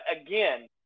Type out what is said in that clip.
again